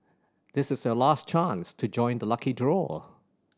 this is your last chance to join the lucky draw